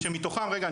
רגע,